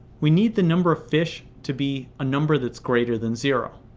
we need the number of fish to be a number that's greater than zero.